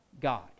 God